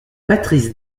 patrice